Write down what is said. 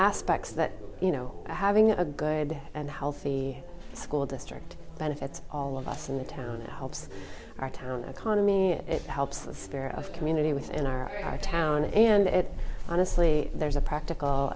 aspects that you know having a good and healthy school district benefits all of us in the town it helps our town economy it helps the spirit of community within our town and it honestly there's a practical